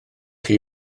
chi